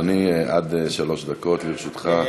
בבקשה, אדוני, עד שלוש דקות לרשותך.